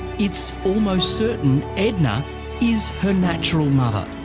it's almost certain edna is her natural mother.